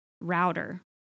Router